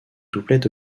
doublet